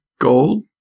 gold